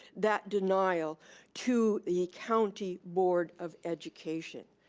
that denial to the county board of education.